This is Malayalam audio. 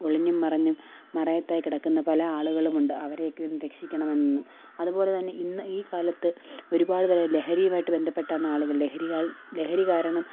ഒളിഞ്ഞും മറിഞ്ഞും മറയത്തായി കിടക്കുന്ന പല ആളുകളും ഉണ്ട് അവരെയൊക്കെ ഒന്ന് രക്ഷിക്കണമെന്ന് അതുപോലെ തന്നെ ഇന്ന് ഈ കാലത്ത് ഒരുപാട് പേര് ലഹരിയുമായിട്ട് ബന്ധപ്പെട്ട ആളുകള് ലഹരികൾ ലഹരി കാരണം